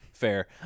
fair